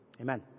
amen